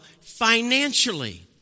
financially